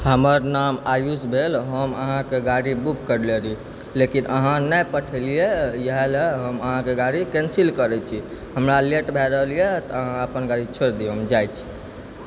हमर नाम आयुष भेल हम अहाँके गाड़ी बुक करले रही लेकिन अहाँ नहि पठेलियै इएह लए हम अहाँके गाड़ी कैन्सिल करै छी हमरा लेट भए रहल यए तऽ अहाँ अपन गाड़ी छोड़ि दियौ हम जाइ छी